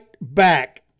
back